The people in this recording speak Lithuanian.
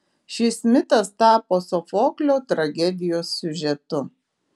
šis mitas tapo sofoklio tragedijos siužetu